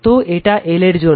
তো এটা L এর জন্য